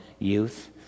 youth